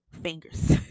fingers